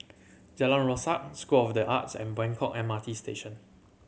Jalan Rasok School of The Arts and Buangkok M R T Station